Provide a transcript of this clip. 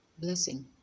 blessing